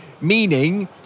meaning